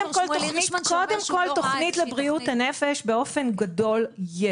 קודם כל תוכנית לבריאות הנפש באופן גדול יש.